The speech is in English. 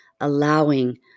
allowing